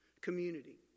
community